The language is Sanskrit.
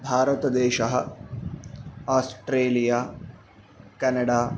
भारतदेशः आस्ट्रेलिया कनडा